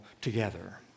together